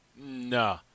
No